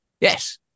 yes